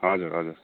हजुर हजुर